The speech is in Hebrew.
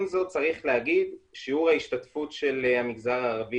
עם זאת צריך להגיד ששיעור ההשתתפות של המגזר הערבי